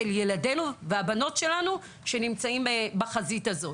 ילדינו, והבנות שלנו, שנמצאים בחזית הזו.